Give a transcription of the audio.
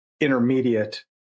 intermediate